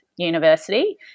University